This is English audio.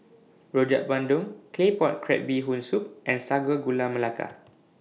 Rojak Bandung Claypot Crab Bee Hoon Soup and Sago Gula Melaka